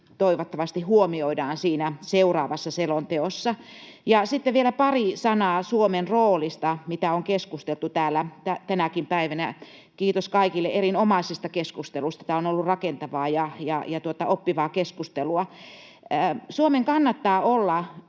toivottavasti huomioidaan siinä seuraavassa selonteossa. Ja sitten vielä pari sanaa Suomen roolista, josta on keskusteltu täällä tänäkin päivänä. Kiitos kaikille erinomaisesta keskustelusta, tämä on ollut rakentavaa ja oppivaa keskustelua. Suomen kannattaa olla